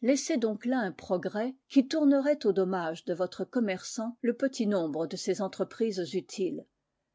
laissez donc là un progrès qui tournerait au dommage de votre commerçant le petit nombre de ses entreprises utiles